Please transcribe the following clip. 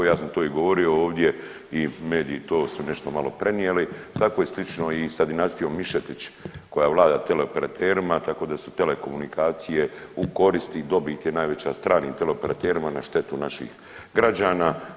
Ja sam to i govorio ovdje i mediji to su nešto malo prenijeli, tako je slično i sa dinastijom Mišetić koja vlada operaterima tako da su telekomunikacije u korist i dobit je najveća stranim teleoperaterima na štetu naših građana.